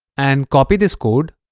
and copy this code